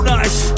nice